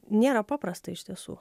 nėra paprasta iš tiesų